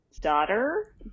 Daughter